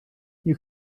you